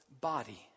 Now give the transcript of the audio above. body